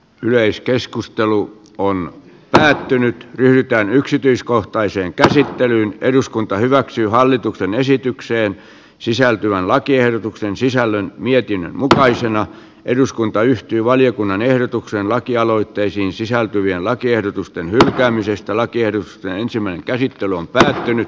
yleiskeskusteluun voimme päättynyt yhtään yksityiskohtaiseen käsittelyyn eduskunta hyväksyy hallituksen esitykseen sisältyvän lakiehdotuksen sisällön mietinnön mukaisena eduskunta yhtyi valiokunnan ehdotukseen lakialoitteisiin sisältyvien lakiehdotusten hylkäämisestä laki edustaa ensimmäinen käsittely on päättynyt